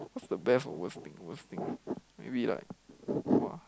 what's the best or worst thing worst thing maybe like !wah!